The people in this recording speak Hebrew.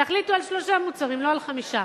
תחליטו על שלושה מוצרים, לא על חמישה,